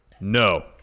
no